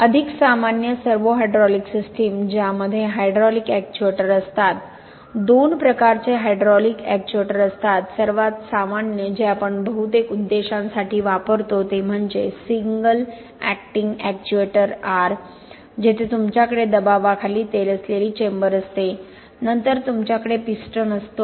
अधिक सामान्य servo hydraulic system ज्यामध्ये हायड्रॉलिक एक्च्युएटर असतात दोन प्रकारचे हायड्रॉलिक एक्च्युएटर असतात सर्वात सामान्य जे आपण बहुतेक उद्देशांसाठी वापरतो ते म्हणजे सिंगल एक्टिंग एक्च्युएटरआर जेथे तुमच्याकडे दबावाखाली तेल असलेली चेंबर असते नंतर तुमच्याकडे पिस्टन असतो